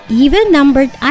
even-numbered